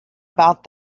about